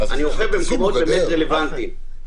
אני אוכף במקומות רלוונטיים.